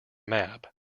mab